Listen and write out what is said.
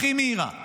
הכי מהירה.